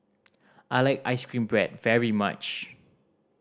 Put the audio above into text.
I like ice cream bread very much